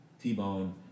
t-bone